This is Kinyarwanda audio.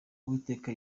uwiteka